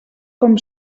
com